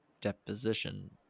deposition